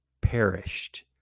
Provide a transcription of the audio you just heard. perished